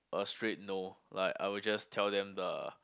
a straight no like I'll just tell them the